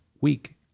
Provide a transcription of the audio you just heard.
week